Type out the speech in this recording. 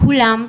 כולם,